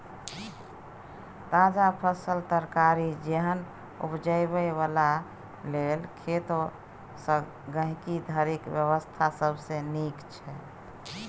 ताजा फल, तरकारी जेहन उपजाबै बला लेल खेत सँ गहिंकी धरिक व्यवस्था सबसे नीक छै